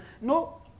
no